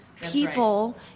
people